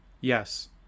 yes